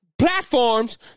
Platforms